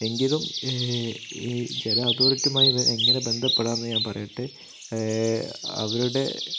എങ്കിലും ഈ ജല അതോറിറ്റിയുമായി എങ്ങനെ ബന്ധപ്പെടാമെന്നു ഞാൻ പറയട്ടെ അവരുടെ